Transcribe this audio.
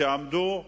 כשעמדו,